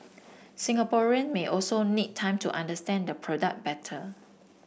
Singaporean may also need time to understand the product better